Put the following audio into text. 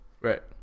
Right